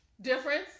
difference